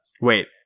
wait